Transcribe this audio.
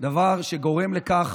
דבר שגורם לכך